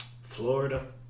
Florida